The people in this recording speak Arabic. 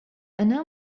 أنا